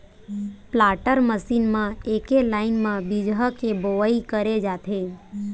planter machine म एके line म बीजहा के बोवई करे जाथे